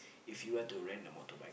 if you want to rent a motorbike